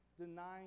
denying